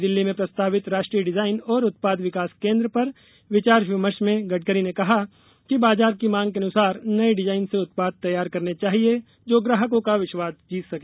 नई दिल्ली में प्रस्तावित राष्ट्रीय डिजाइन और उत्पादे विकास केन्द्र पर विचार विमर्श में गडकरी ने कहा कि बाजार की मांग के अनुसार नये डिजाइन से उत्पाद तैयार करने चाहिए जो ग्राहकों का विश्वास जीत सके